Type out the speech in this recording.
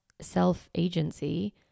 self-agency